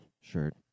shirt